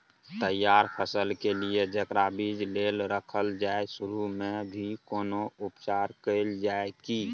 तैयार फसल के लिए जेकरा बीज लेल रखल जाय सुरू मे भी कोनो उपचार कैल जाय की?